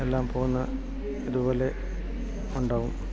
എല്ലാം പോകുന്ന അതുപോലെ ഉണ്ടാകും